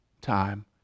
time